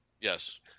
Yes